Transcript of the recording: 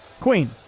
Queen